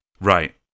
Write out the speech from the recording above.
Right